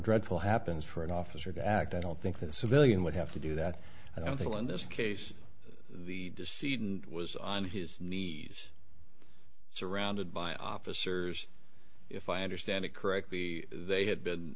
dreadful happens for an officer to act i don't think that a civilian would have to do that i don't think in this case it was on his knees surrounded by officers if i understand it correctly they had been